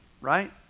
right